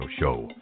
Show